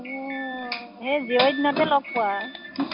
অঁ সেই জীয়ৰী দিনতে লগ পোৱা